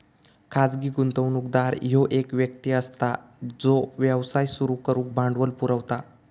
खाजगी गुंतवणूकदार ह्यो एक व्यक्ती असता जो व्यवसाय सुरू करुक भांडवल पुरवता